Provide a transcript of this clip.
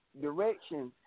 Directions